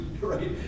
right